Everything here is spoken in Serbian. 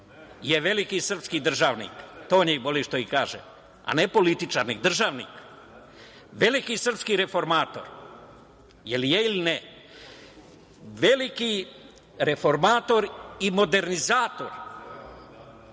je veliki srpski državnik, to njih boli što im kažem, a ne političar, nego državnik. Veliki srpski reformator. Da li jeste ili nije? Veliki reformator i modernizator.